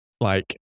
Like-